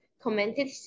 commented